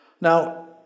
Now